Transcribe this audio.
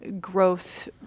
growth